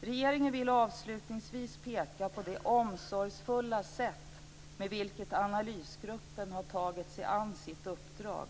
Regeringen vill avslutningsvis peka på det omsorgsfulla sätt på vilket analysgruppen har tagit sig an sitt uppdrag.